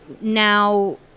now